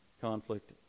conflict